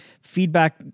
feedback